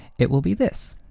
it will be this.